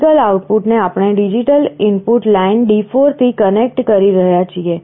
optical output ને આપણે digital input line D4 થી કનેક્ટ કરી રહ્યા છીએ